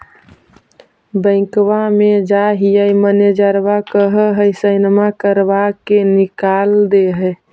बैंकवा मे जाहिऐ मैनेजरवा कहहिऐ सैनवो करवा के निकाल देहै?